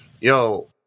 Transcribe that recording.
yo